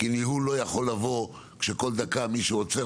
כי ניהול לא יכול לבוא כשכל דקה מישהו עוצר